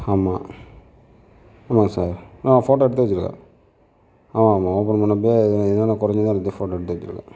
ஆமாம் ஆமாங்க சார் ஆ ஃபோட்டோ எடுத்து வச்சுருக்கேன் ஆமாம் ஓபன் பண்ணப்போ என்னென்ன குறைஞ்சிதோ எல்லாத்தையும் ஃபோட்டோ எடுத்து வச்சுருக்கேன்